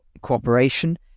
cooperation